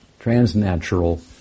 transnatural